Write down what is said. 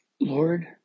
Lord